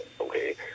Okay